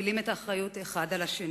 מפילים את האחריות זה על זה.